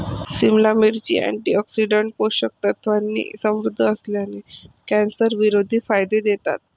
सिमला मिरची, अँटीऑक्सिडंट्स, पोषक तत्वांनी समृद्ध असल्याने, कॅन्सरविरोधी फायदे देतात